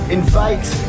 Invite